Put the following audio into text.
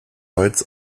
holz